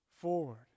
forward